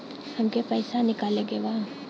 हमके पैसा निकाले के बा